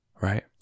right